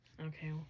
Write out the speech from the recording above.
Okay